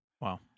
Wow